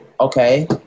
okay